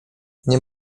nie